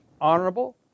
honorable